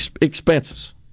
expenses